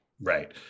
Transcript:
Right